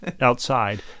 outside